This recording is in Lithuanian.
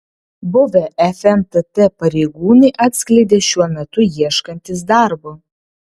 buvę fntt pareigūnai atskleidė šiuo metu ieškantys darbo